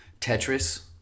Tetris